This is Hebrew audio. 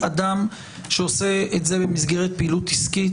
אדם שעושה את זה במסגרת עסקית,